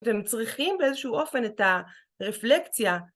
והם צריכים באיזשהו אופן את הרפלקציה.